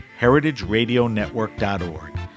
heritageradionetwork.org